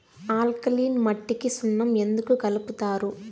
alkaline మట్టికి సున్నం ఎందుకు కలుపుతారు